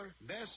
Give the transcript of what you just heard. Best